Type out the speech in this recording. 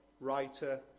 writer